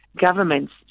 governments